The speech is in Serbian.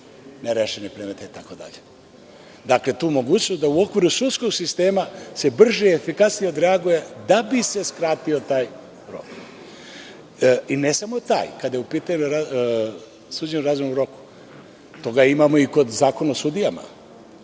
nerešenih predmeta itd. Dakle, tu mogućnost da u okviru sudskog sistema se brže i efikasnije odreaguje, da bi se skratio taj rok. I ne samo taj. Kada je u pitanju suđenje u razumnom roku, toga imamo i kod Zakona o sudijama,